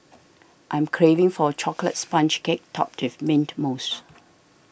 I am craving for a Chocolate Sponge Cake Topped with Mint Mousse